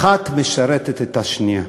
האחת משרתת את השנייה.